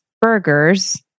burgers